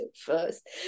first